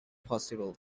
possible